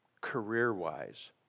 career-wise